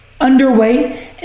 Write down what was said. underway